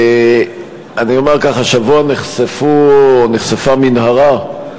השבוע נחשפה מנהרה,